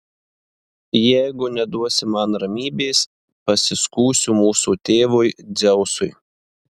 jeigu neduosi man ramybės pasiskųsiu mūsų tėvui dzeusui